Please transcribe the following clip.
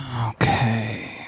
Okay